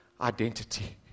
identity